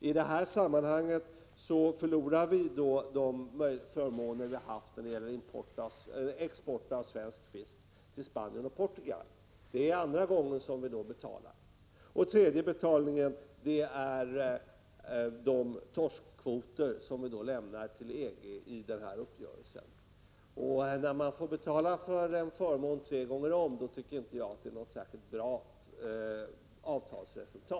I det sammanhanget förlorade vi de förmåner som vi haft i samband med export av svensk fisk till Spanien och Portugal. Det är den andra gången som vi betalar. Den tredje betalningen utgörs av de torskkvoter som vi lämnar till EG enligt denna uppgörelse. När man får betala för en förmån tre gånger om tycker jag inte att det är ett Prot. 1985/86:140 särskilt bra avtalsresultat.